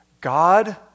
God